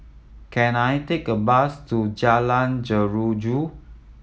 can I take a bus to Jalan Jeruju